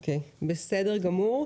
בסדר גמור.